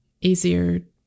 easier